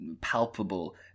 palpable